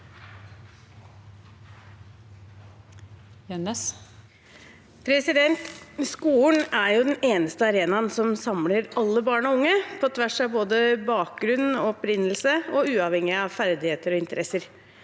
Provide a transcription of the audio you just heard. Skolen er den eneste arenaen som samler alle barn og unge på tvers av både bakgrunn og opprinnelse og uavhengig av ferdigheter og interesser.